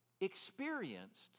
experienced